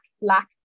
lack